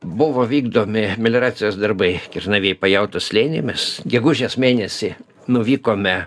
buvo vykdomi melioracijos darbai kernavėj pajautos slėny mes gegužės mėnesį nuvykome